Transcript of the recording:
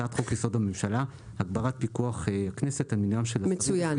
הצעת חוק-יסוד: הממשלה (הגברת פיקוח הכנסת על -- מצוין.